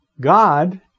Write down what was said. God